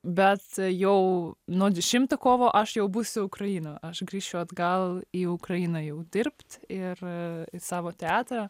bet jau nuo dešimto kovo aš jau būsiu ukrainoj aš grįšiu atgal į ukrainą jau dirbt ir savo teatrą